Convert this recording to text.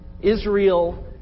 Israel